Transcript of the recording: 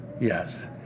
yes